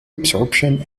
absorption